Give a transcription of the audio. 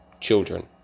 children